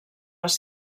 les